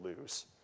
lose